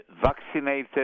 vaccinated